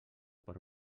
per